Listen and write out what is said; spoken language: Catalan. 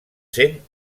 sent